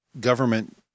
government